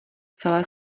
celé